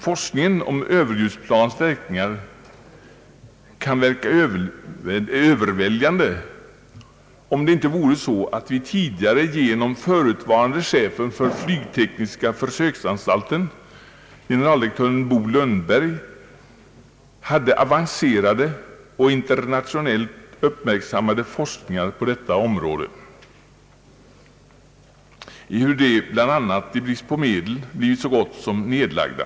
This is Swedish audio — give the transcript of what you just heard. Forskningen om = överljudsplanens verkningar kan verka överväldigande komplicerad, men i själva verket förhåller det sig så att vi redan genom förutvarande chefen för flygtekniska försöksanstalten, generaldirektören Bo Lundberg, haft avancerade och internationellt uppmärksammade forskningar på detta område, ehuru de bland annat i brist på medel blivit så gott som nedlagda.